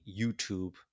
YouTube